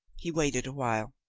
he waited a while.